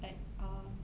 like uh